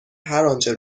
هرآنچه